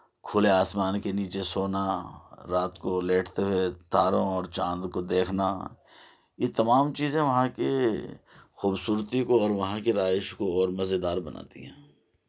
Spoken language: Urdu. کھلے آسمان کے نیچے سونا رات کو لیٹتے ہوئے تاروں اور چاند کو دیکھنا یہ تمام چیزیں وہاں کی خوبصورتی کو اور وہاں کی رہائش کو اور مزیدار بناتی ہیں